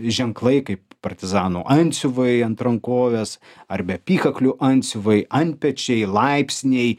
ženklai kaip partizano antsiuvai ant rankovės ar be apykaklių antsiuvai antpečiai laipsniai